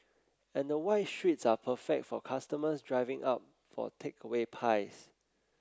and the wide streets are perfect for customers driving up for takeaway pies